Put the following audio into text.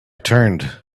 turned